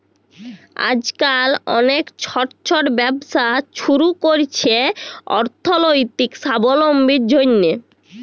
আইজকাল অলেক ছট ছট ব্যবসা ছুরু ক্যরছে অথ্থলৈতিক সাবলম্বীর জ্যনহে